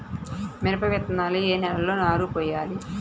మిరప విత్తనాలు ఏ నెలలో నారు పోయాలి?